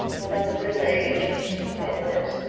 or rather middle-aged, which is far worse,